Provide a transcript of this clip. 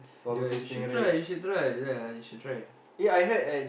yeah you should try you should try yeah you should try